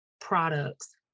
products